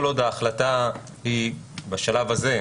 כל עוד ההחלטה היא בשלב הזה,